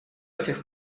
тех